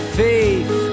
faith